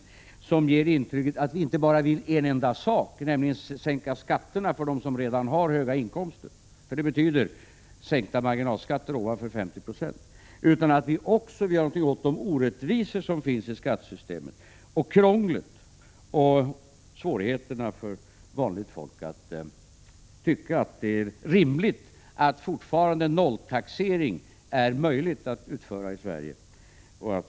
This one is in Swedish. Det måste ge intrycket att vi inte vill bara en enda sak, nämligen sänka skatterna för dem som redan har höga inkomster — eftersom det betyder sänkta marginalskatter ovanpå de 50 procenten — utan att vi också vill göra något åt de orättvisor och det krångel som finns i skattesystemet. Det är svårt för vanligt folk att tycka att det är rimligt att nolltaxering fortfarande är möjlig i Sverige.